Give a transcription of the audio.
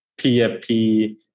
PFP